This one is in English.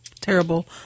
terrible